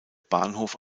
bahnhof